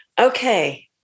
okay